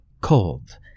cold